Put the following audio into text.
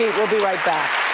we'll be right back.